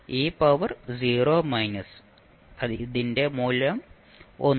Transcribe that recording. E power 0 minus ഇതിന്റെ മൂല്യം 1